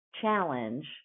challenge